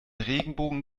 regenbogen